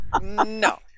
No